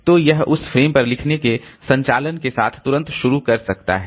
तो यह उस विशेष फ्रेम पर लिखने के संचालन के साथ तुरंत शुरू कर सकता है